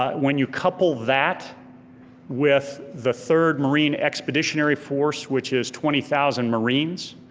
when you couple that with the third marine expeditionary force which is twenty thousand marines,